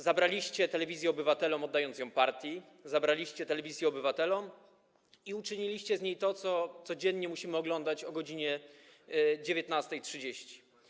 Zabraliście telewizję obywatelom, oddając ją partii, zabraliście telewizję obywatelom i uczyniliście z niej to, co codziennie musimy oglądać o godz. 19.30.